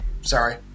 Sorry